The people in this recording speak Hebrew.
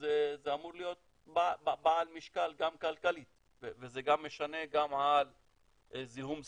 זה אמור להיות בעל משקל גם כלכלית וזה משנה גם בזיהום סביבה,